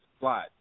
slide